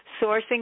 sourcing